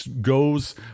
goes